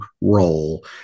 role